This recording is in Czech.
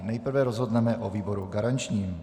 Nejprve rozhodneme o výboru garančním.